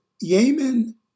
Yemen